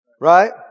right